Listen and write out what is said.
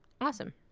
Awesome